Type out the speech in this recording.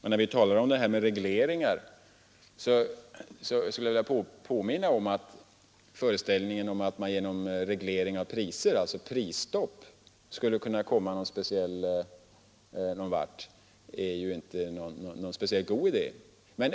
Här skulle jag vilja påminna om att föreställningen att man genom ett prisstopp skulle kunna komma någon vart inte är någon speciellt god idé.